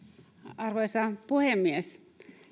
arvoisa puhemies